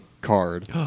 card